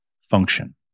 function